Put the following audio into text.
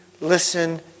listen